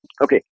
Okay